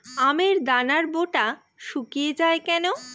আমের দানার বোঁটা শুকিয়ে য়ায় কেন?